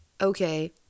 okay